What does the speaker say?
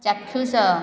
ଚାକ୍ଷୁଷ